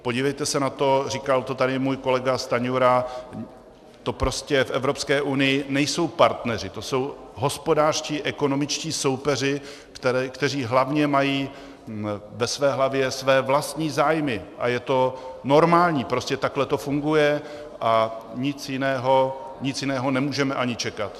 Podívejte se na to, říkal to tady můj kolega Stanjura, to prostě v Evropské unii nejsou partneři, to jsou hospodářští, ekonomičtí soupeři, kteří hlavně mají ve své hlavě své vlastní zájmy, a je to normální, prostě takhle to funguje a nic jiného nemůžeme ani čekat.